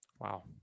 Wow